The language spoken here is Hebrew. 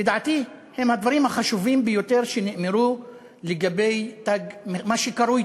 לדעתי הם הדברים החשובים ביותר שנאמרו לגבי מה שקרוי